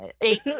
Eight